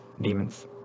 Demons